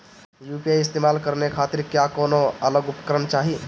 UPI इस्तेमाल करने खातिर क्या कौनो अलग उपकरण चाहीं?